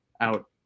out